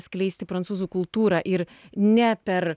skleisti prancūzų kultūrą ir ne per